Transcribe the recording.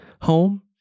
home